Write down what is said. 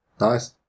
Nice